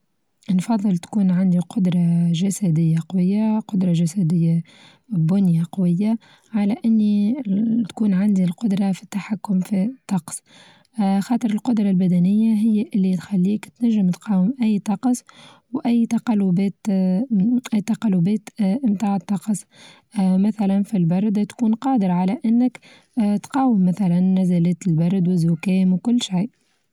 أفظل تكون عندي قدرة چسدية قوية قدرة چسدية بنية قوية على إني تكون عندي القدرة في التحكم في الطقس، آآ خاطر القدرة البدنية هي اللي تخليك تنچم تقاوم أي طقس وأي تقلبات آآ أي تقلبات متاع الطقس، مثلا في البرد تكون قادر على أنك تقاوم مثلا نزلة البرد والزكام وكل شيء.